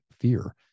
fear